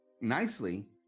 nicely